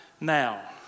now